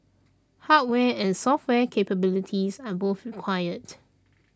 hardware and software capabilities are both required